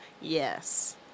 Yes